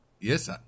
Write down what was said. Yes